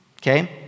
okay